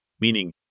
meaning